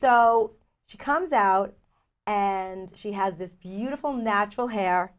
so she comes out and she has this beautiful natural hair